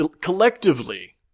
collectively